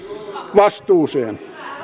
vastuuseen